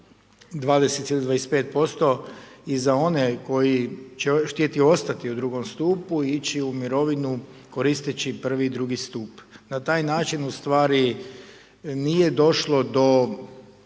25% i za one koji će htjeti ostati u drugom stupu, ići u mirovinu koristeći prvi i drugi stup. Na taj način u stvari nije došlo do